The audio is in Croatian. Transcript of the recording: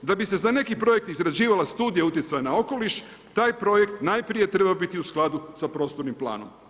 Da bi se za neki projekt izrađivala studija utjecaja na okoliš taj projekt najprije treba biti u skladu sa prostornim planom.